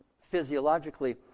physiologically